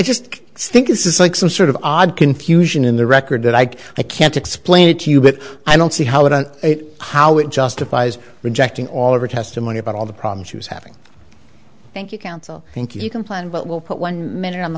just think this is like some sort of odd confusion in the record that ike i can't explain it to you but i don't see how it and how it justifies rejecting all over testimony about all the problems she was having thank you council think you can plan but will put one minute on the